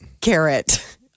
carrot